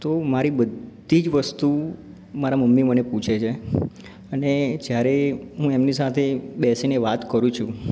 તો મારી બધી જ વસ્તુ મારા મમ્મી મને પૂછે છે અને જયારે હું એમની સાથે બેસીને વાત કરું છું